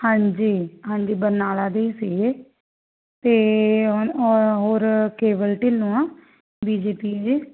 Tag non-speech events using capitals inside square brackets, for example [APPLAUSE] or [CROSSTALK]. ਹਾਂਜੀ ਹਾਂਜੀ ਬਰਨਾਲਾ ਦੇ ਹੀ ਸੀਗੇ ਅਤੇ [UNINTELLIGIBLE] ਹੋਰ ਕੇਬਲ ਢਿੱਲੋਂ ਆ ਬੀ ਜੇ ਪੀ ਦੇ